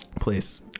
Please